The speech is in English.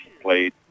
played